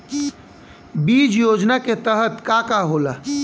बीज योजना के तहत का का होला?